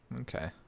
Okay